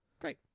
Great